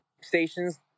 stations